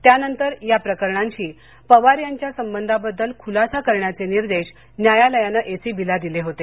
त्यानंतर या प्रकरणांशी पवार यांच्या संबंधांबद्दल खुलासा करण्याचे निर्देश न्यायालयानं एसीबीला दिले होते